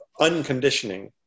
unconditioning